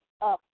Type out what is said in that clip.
up